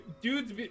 Dudes